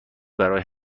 برای